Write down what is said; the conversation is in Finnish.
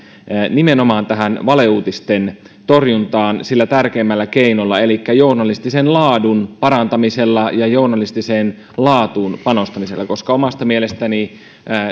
nimenomaan valeuutisten torjuntaan sillä tärkeimmällä keinolla elikkä journalistisen laadun parantamisella ja journalistiseen laatuun panostamisella koska omasta mielestäni